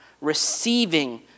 receiving